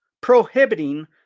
prohibiting